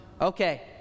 Okay